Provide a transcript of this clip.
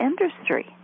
industry